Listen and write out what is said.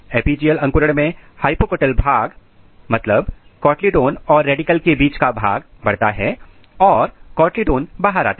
epigeal अंकुरण में hypocotyl भाग कोटलीडॉन और रेडिकल के बीच का भाग बढ़ता है और कोटलीडॉन बाहर आता है